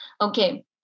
Okay